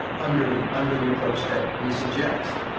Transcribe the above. ah under under the approach that we suggest.